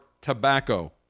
tobacco